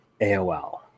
AOL